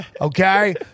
okay